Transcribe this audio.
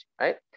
right